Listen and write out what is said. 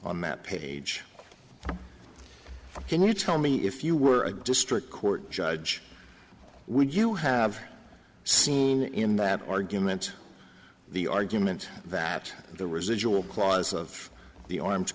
on that page can you tell me if you were a district court judge would you have seen in that argument the argument that the residual clause of the arms